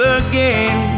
again